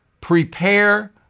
Prepare